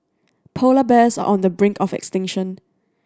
polar bears are on the brink of extinction